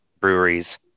breweries